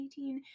2018